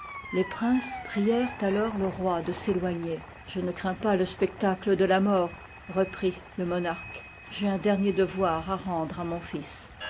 les princes iprièrent alors le roi do s'éloigner je ne crains pas le spectacle mte la mort reprit le monarque j'ai ui jpdemier devoir à rendrce à mon iîls